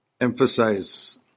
emphasize